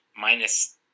minus